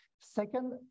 Second